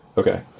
Okay